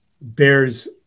bears